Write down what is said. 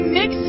mix